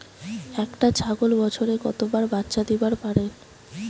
একটা ছাগল বছরে কতবার বাচ্চা দিবার পারে?